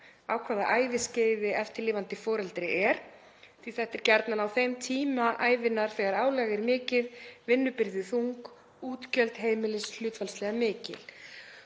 á hvaða æviskeiði eftirlifandi foreldri er því þetta er gjarnan á þeim tíma ævinnar þegar álag er mikið, vinnubyrði þung, útgjöld heimilis hlutfallslega mikil